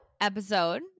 Episode